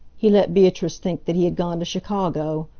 he let beatrice think that he had gone to chicago.